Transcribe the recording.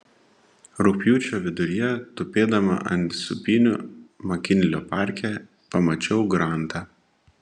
rugpjūčio viduryje tupėdama ant sūpynių makinlio parke pamačiau grantą